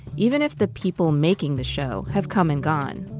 even if the people making the show have come and gone.